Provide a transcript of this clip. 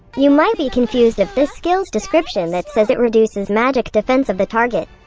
you might be confused of this skill's description that says it reduces magic defense of the target.